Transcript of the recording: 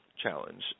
Challenge